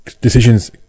decisions